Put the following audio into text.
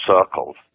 Circles